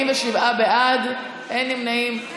47 בעד, אין נמנעים,